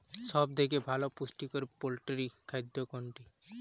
সব থেকে ভালো পুষ্টিকর পোল্ট্রী খাদ্য কোনটি?